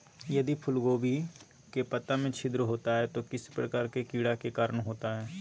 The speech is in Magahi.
यदि फूलगोभी के पत्ता में छिद्र होता है तो किस प्रकार के कीड़ा के कारण होता है?